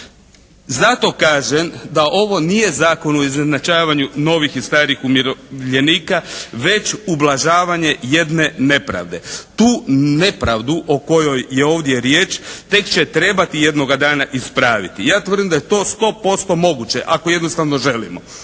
Zato kažem da ovo nije Zakon o izjednačavanju novih i starih umirovljenika, već ublažavanje jedne nepravde. Tu nepravdu o kojoj je ovdje riječ tek će trebati jednoga dana ispraviti. Ja tvrdim da je to 100% moguće ako jednostavno želimo.